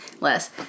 less